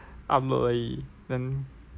upload 而已 then